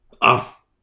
off